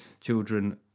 children